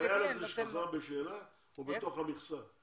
החייל הזה שחזר בשאלה, הוא בתוך המכסה.